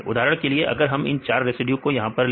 उदाहरण के लिए अगर हम इन 4 रेसिड्यू को यहां पर ले